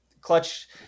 Clutch